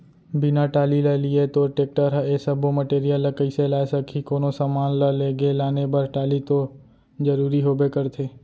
बिना टाली ल लिये तोर टेक्टर ह ए सब्बो मटेरियल ल कइसे लाय सकही, कोनो समान ल लेगे लाने बर टाली तो जरुरी होबे करथे